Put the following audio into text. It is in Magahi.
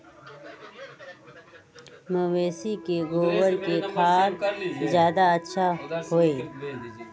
मवेसी के गोबर के खाद ज्यादा अच्छा होई?